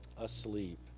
asleep